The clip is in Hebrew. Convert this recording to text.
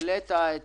העלית את